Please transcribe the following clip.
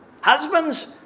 Husbands